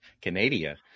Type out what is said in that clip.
Canada